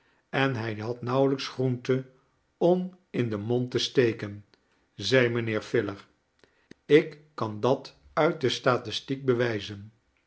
en hij had nauwelijks groente om in den mond te steken zei mijnheer filer ik kan dat uit de statistiek bewijzen